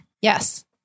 Yes